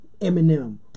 Eminem